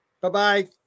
bye-bye